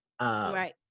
Right